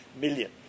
million